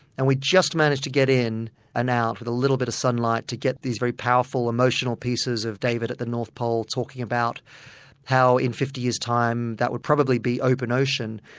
and we just managed to get in and out with a little bit of sunlight to get these very powerful, emotional pieces of david at the north pole talking about how in fifty years time that would probably be open ocean.